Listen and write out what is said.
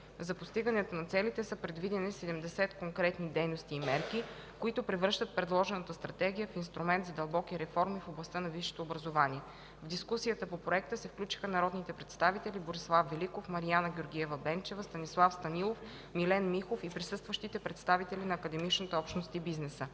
За постигането на целите са предвидени 70 конкретни дейности и мерки, които превръщат предложената Стратегия в инструмент за дълбоки реформи в областта на висшето образование. В дискусията по проекта се включиха народните представители Борислав Великов, Мариана Георгиева-Бенчева, Станислав Станилов, Милен Михов и присъстващите представители на академичната общност и бизнеса.